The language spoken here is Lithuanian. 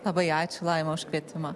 labai ačiū laima už kvietimą